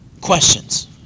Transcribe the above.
questions